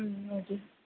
ம் ஓகே